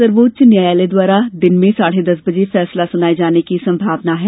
सर्वोच्च न्यायालय द्वारा दिन में साढे दस बजे फैसला सुनाए जाने की संभावना है